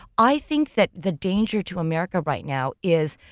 i think that the danger to america right now is,